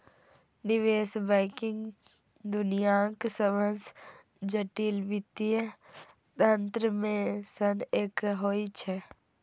निवेश बैंकिंग दुनियाक सबसं जटिल वित्तीय तंत्र मे सं एक होइ छै